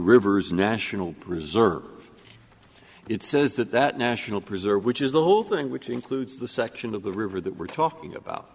rivers national preserve it says that that national preserve which is the whole thing which includes the section of the river that we're talking about